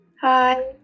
Hi